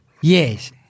Yes